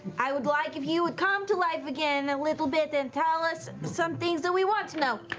i would like if you would come to life again a little bit and tell us some things that we want to know.